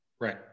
Right